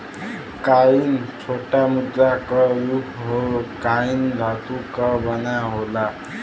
coin छोटा मुद्रा क रूप हौ कॉइन धातु क बना होला